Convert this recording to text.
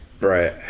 Right